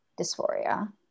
dysphoria